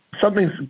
Something's